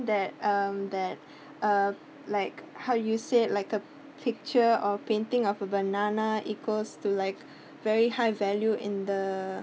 that um that uh like how you said like a picture or painting of a banana equals to like very high value in the